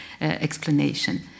explanation